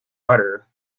butter